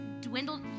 dwindled